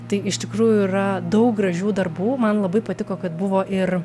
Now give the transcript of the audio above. tai iš tikrųjų yra daug gražių darbų man labai patiko kad buvo ir